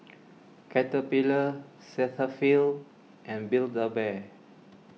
Caterpillar Cetaphil and Build A Bear